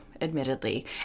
admittedly